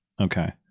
Okay